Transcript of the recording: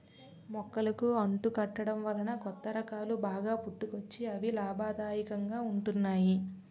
మొక్కలకు అంటు కట్టడం వలన కొత్త రకాలు బాగా పుట్టుకొచ్చి అవి లాభదాయకంగా ఉంటున్నాయి